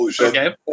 Okay